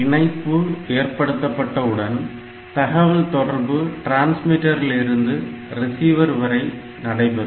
இணைப்பு ஏற்படுத்தப்பட்ட உடன் தகவல் தொடர்பு டிரான்ஸ்மிட்டரில் இருந்து ரிசீவர் வரை நடைபெறும்